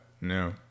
No